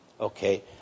Okay